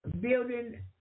Building